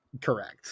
Correct